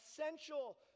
essential